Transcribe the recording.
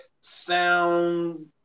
sound